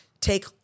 take